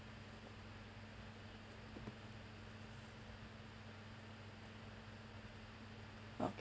~ok